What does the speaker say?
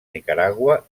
nicaragua